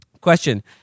Question